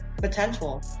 potential